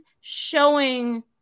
showing